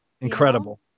Incredible